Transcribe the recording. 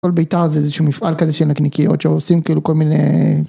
כל ביתה זה איזה שהוא מפעל כזה של נקניקיות שעושים כאילו כל מיני.